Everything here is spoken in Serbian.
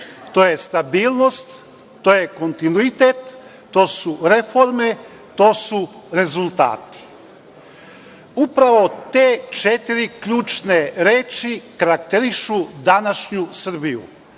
to su: stabilnost, kontinuitet, reforme i rezultati. Upravo te četiri ključne reči karakterišu današnju Srbiju.